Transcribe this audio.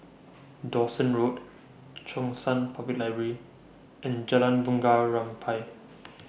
Dawson Road Cheng San Public Library and Jalan Bunga Rampai